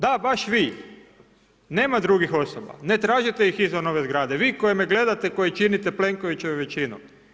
Da, baš vi, nema drugih osoba ne tražite ih izvan ove zgrade, vi koji me gledate koji činite Plenkovićevu većinu.